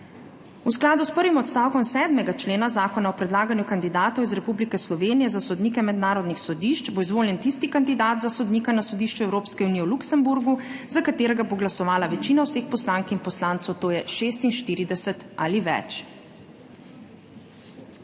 V skladu s prvim odstavkom 7. člena Zakona o predlaganju kandidatov iz Republike Slovenije za sodnike mednarodnih sodišč bo izvoljen tisti kandidat za sodnika na Sodišču Evropske unije v Luksemburgu, za katerega bo glasovala večina vseh poslank in poslancev, to je 46 ali več